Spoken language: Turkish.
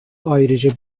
ayrıca